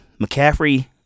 McCaffrey